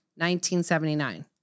1979